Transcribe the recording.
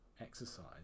exercise